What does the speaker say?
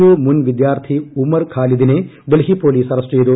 U മുൻ വിദ്യാർത്ഥി ഉമർ ഖാലിദിനെ ഡൽഹി പോലീസ് അറസ്റ്റ് ചെയ്തു